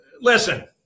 Listen